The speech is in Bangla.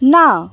না